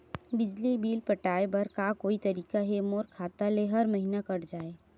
बिजली बिल पटाय बर का कोई तरीका हे मोर खाता ले हर महीना कट जाय?